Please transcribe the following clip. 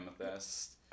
Amethyst